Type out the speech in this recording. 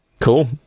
Cool